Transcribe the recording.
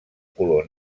color